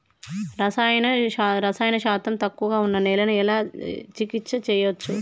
రసాయన శాతం తక్కువ ఉన్న నేలను నేను ఎలా చికిత్స చేయచ్చు?